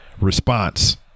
Response